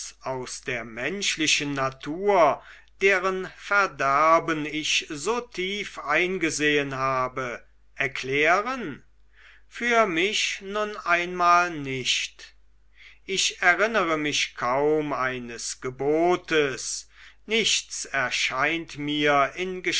aus der menschlichen natur deren verderben ich so tief eingesehen habe erklären für mich nun einmal nicht ich erinnere mich kaum eines gebotes nichts erscheint mir